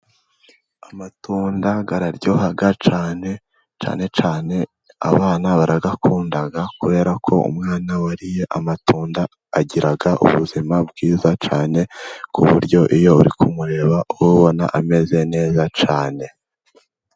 Amatunda araryoha cyane, cyane cyane abana barayakunda kubera ko umwana wariye amatunda, agira ubuzima bwiza cyane, ku buryo iyo uri kumureba uba ubona ameze neza cyane.